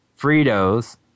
Fritos